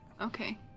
Okay